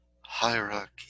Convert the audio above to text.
Hierarchy